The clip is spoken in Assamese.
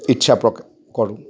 ইচ্ছা প্ৰকাশ কৰোঁ